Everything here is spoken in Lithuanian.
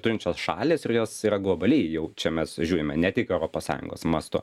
turinčios šalys ir jos yra globaliai jau čia mes žiūrime ne tik europos sąjungos mastu